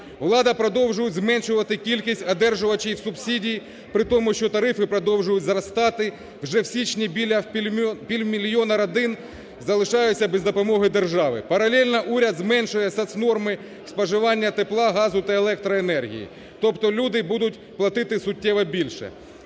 Влада продовжує зменшувати кількість одержувачів субсидій, при тому, що тарифи продовжують зростати, вже в січні біля півмільйона родин залишаться без допомоги держави. Паралельно уряд зменшує соцнорми споживання тепла, газу та електроенергії. Тобто люди будуть платити суттєво більше.